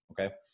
okay